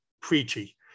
preachy